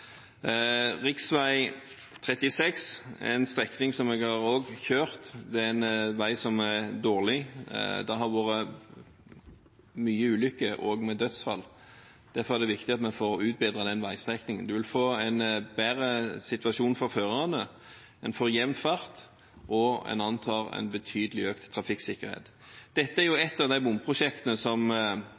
Rv. 36 er en strekning som jeg også har kjørt. Det er en vei som er dårlig. Det har vært mange ulykker, også med dødsfall. Derfor er det viktig at vi får utbedret veistrekningen. En vil få en bedre situasjon for førerne, en får jevn fart og en antar en betydelig økt trafikksikkerhet. Dette er et av de bomprosjektene